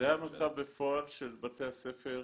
זה המצב בפועל של בתי הספר.